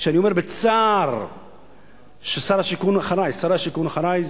שאני אומר בצער ששר השיכון אחרי,